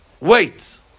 wait